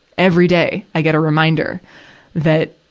every day, i get a reminder that,